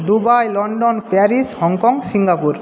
Dubai London Paris Hong Kong Singapore